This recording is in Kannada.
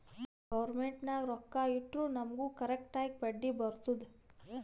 ಗೌರ್ಮೆಂಟ್ ನಾಗ್ ರೊಕ್ಕಾ ಇಟ್ಟುರ್ ನಮುಗ್ ಕರೆಕ್ಟ್ ಆಗಿ ಬಡ್ಡಿ ಬರ್ತುದ್